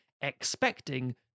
expecting